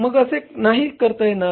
मग असे का नाही करता येणार